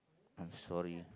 I'm sorry